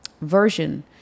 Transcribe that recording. version